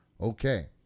Okay